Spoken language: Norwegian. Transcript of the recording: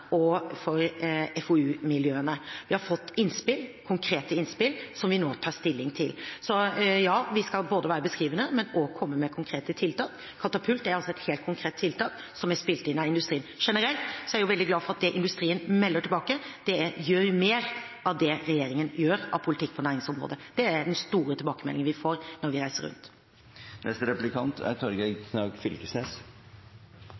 og for FoU-miljøene. Vi har fått innspill, konkrete innspill, som vi nå tar stilling til. Så ja, vi skal både være beskrivende og komme med konkrete tiltak. Katapult er altså et helt konkret tiltak som er spilt inn av industrien. Generelt er jeg veldig glad for at det industrien melder tilbake, er: gjør mer av det regjeringen gjør av politikk på næringsområdet. Det er den store tilbakemeldingen vi får når vi reiser